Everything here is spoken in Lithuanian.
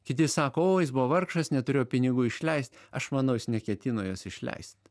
kiti sako o jis buvo vargšas neturėjo pinigų išleist aš manau jis neketino jos išleist